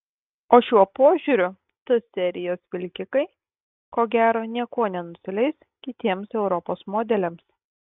o šiuo požiūriu t serijos vilkikai ko gero niekuo nenusileis kitiems europos modeliams